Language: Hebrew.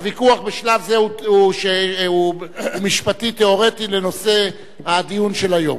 הוויכוח בשלב זה הוא משפטי-תיאורטי לנושא הדיון של היום.